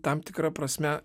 tam tikra prasme